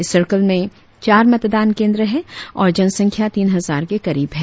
इस सर्किल में चार मतदान केंद्र है और जनसंख्या तीन हजार के करीब है